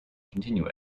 continue